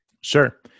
Sure